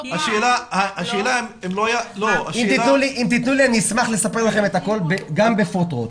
אם תתנו לי, אני אשמח לספר לכם הכול וגם בפרוטרוט.